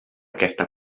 aquesta